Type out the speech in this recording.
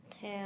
two